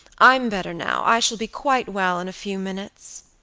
i'm better now. i shall be quite well in a few minutes.